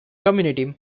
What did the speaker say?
community